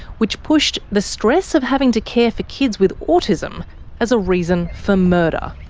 which pushed the stress of having to care for kids with autism as a reason for murder.